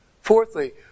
Fourthly